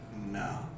No